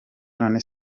none